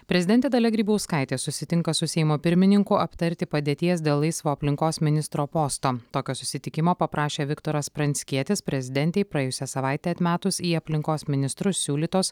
prezidentė dalia grybauskaitė susitinka su seimo pirmininku aptarti padėties dėl laisvo aplinkos ministro posto tokio susitikimo paprašė viktoras pranckietis prezidentei praėjusią savaitę atmetus į aplinkos ministrus siūlytos